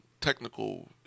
technical